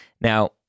Now